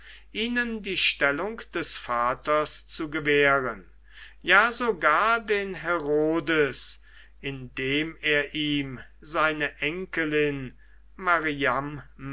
ihnen die stellung des vaters zu gewähren ja sogar den herodes indem er ihm seine enkelin